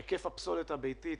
היקף הפסולת הביתית